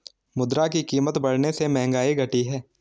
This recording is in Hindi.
मुद्रा की कीमत बढ़ने से महंगाई घटी है